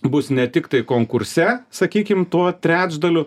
bus ne tik tai konkurse sakykim tuo trečdaliu